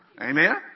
Amen